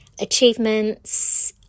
achievements